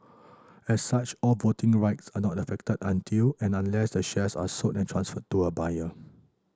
as such all voting rights are not affected until and unless the shares are sold and transferred to a buyer